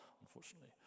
unfortunately